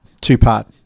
two-part